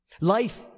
Life